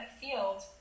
field